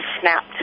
snapped